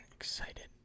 excited